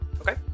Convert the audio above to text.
Okay